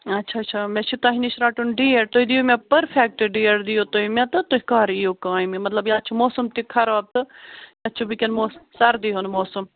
اَچھا اَچھا مےٚ چھُ تۄہہِ نِش رَٹُن ڈیٹ تُہۍ دِیِو مےٚ پٔرفٮ۪کٹہٕ ڈیٹ دِیو تُہۍ مےٚ تہٕ تُہۍ کَر یِیو کامہِ مطلب یتھ چھُ موسم تہِ خراب تہٕ یَتھ چھُ وُنکٮ۪ن موسم سردی ہُنٛد موسم